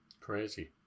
Crazy